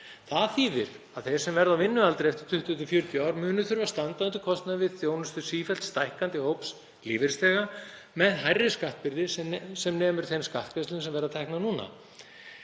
Það þýðir að þeir sem verða á vinnualdri eftir 20–40 ár munu þurfa að standa undir kostnaði við þjónustu sífellt stækkandi hóps ellilífeyrisþega með hærri skattbyrði sem nemur þeim skattgreiðslum sem verða teknar út núna.